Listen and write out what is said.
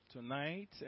tonight